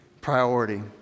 priority